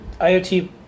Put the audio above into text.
IoT